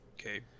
Okay